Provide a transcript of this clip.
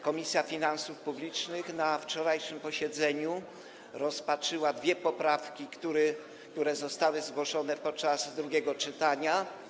Komisja Finansów Publicznych na wczorajszym posiedzeniu rozpatrzyła dwie poprawki, które zostały zgłoszone podczas drugiego czytania.